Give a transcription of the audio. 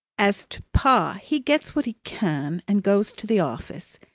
as to pa, he gets what he can and goes to the office.